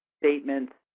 statements,